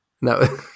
no